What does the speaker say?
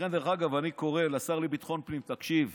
לכן, דרך אגב, אני קורא לשר לביטחון הפנים: תקשיב,